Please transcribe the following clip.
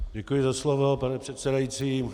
Děkuji za slovo, pane předsedající.